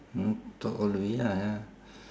!huh! talk all the way ya ya